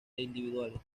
individuales